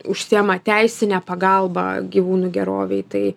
užsiima teisine pagalba gyvūnų gerovei tai